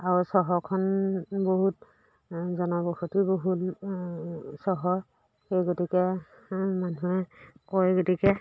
আৰু চহৰখন বহুত জনবসতি বহুত চহৰ সেই গতিকে মানুহে কয় গতিকে